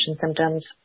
Symptoms